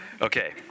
Okay